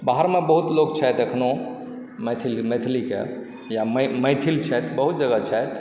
बाहरमे बहुत लोग छथि अखनो मैथिल मैथिलीके या मैथिल छथि बहुत जगह छथि